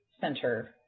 Center